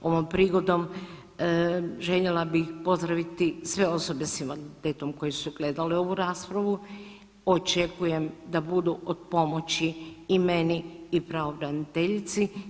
Ovom prigodom željela bih pozdraviti sve osobe s invaliditetom koji su gledali ovu raspravu, očekujem da budu od pomoći i meni i pravobraniteljici.